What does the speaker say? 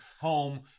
Home